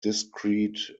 discrete